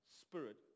spirit